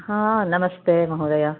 हा नमस्ते महोदयः